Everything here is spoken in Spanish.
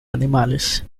animales